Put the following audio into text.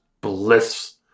bliss